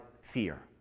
fear